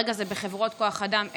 וברגע זה הם בחברות כוח אדם,